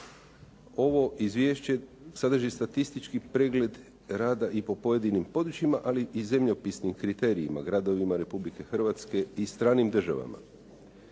Ovo izvješće sadrži statistički pregled rada po pojedinim područjima ali i zemljopisnim kriterijima gradovima Republike Hrvatske i stranim državama.